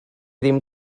ddim